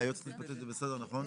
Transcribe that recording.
היועצת המשפטית, זה בסדר, נכון?